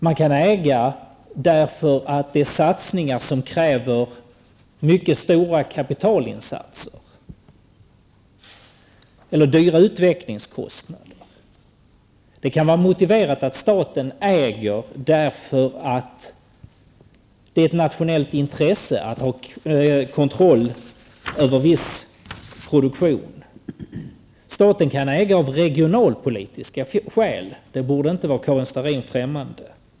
Staten kan äga för att det rör sig om satsningar som kräver mycket stora kapitalinsatser eller dyra utvecklingskostnader. Det kan vara motiverat att staten äger därför att det är ett nationellt intresse att ha kontroll över viss produktion. Staten kan äga av regionalpolitiska skäl. Det borde inte vara Karin Starrin främmande.